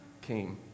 came